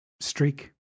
Streak